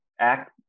Act